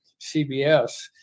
CBS